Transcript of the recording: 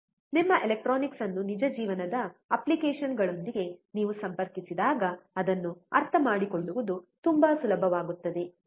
ನಿಮ್ಮ ಎಲೆಕ್ಟ್ರಾನಿಕ್ಸ್ ಅನ್ನು ನಿಜ ಜೀವನದ ಅಪ್ಲಿಕೇಶನ್ಗಳೊಂದಿಗೆ ನೀವು ಸಂಪರ್ಕಿಸಿದಾಗ ಅದನ್ನು ಅರ್ಥಮಾಡಿಕೊಳ್ಳುವುದು ತುಂಬಾ ಸುಲಭವಾಗುತ್ತದೆ